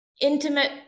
intimate